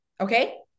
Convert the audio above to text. Okay